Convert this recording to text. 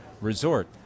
Resort